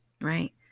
right